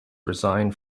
resigned